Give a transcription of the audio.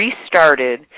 restarted